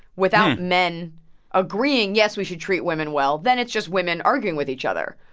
without men agreeing, yes, we should treat women well, then it's just women arguing with each other.